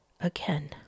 Again